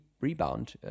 rebound